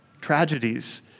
tragedies